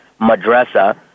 madrasa